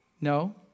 No